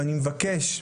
ואני מבקש,